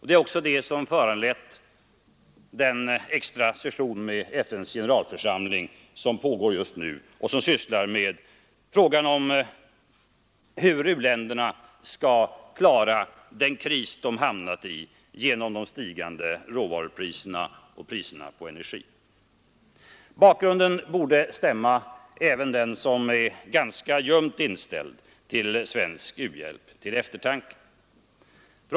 Det är också detta som har föranlett den extra session med FN:s generalförsamling som pågår just nu och som sysslar med frågan hur u-länderna skall klara den kris de hamnat i genom de stigande råvarupriserna och priserna på energi. Bakgrunden borde stämma även den som är ganska ljumt inställd till svensk u-hjälp till eftertanke.